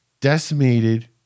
Decimated